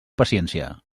paciència